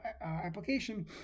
application